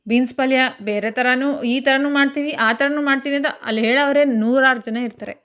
beans ಪಲ್ಯ ಬೇರೆ ಥರವೂ ಈ ಥರವೂ ಮಾಡ್ತೀವಿ ಆ ಥರವೂ ಮಾಡ್ತೀವಿ ಅಂತ ಅಲ್ಲಿ ಹೇಳೋರೆ ನೂರಾರು ಜನ ಇರ್ತಾರೆ